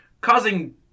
causing